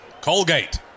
Colgate